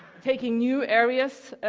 taking new areas